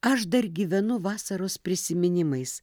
aš dar gyvenu vasaros prisiminimais